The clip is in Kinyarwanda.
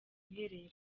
uhereye